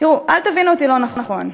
תראו, אל תבינו אותי לא נכון.